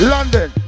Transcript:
London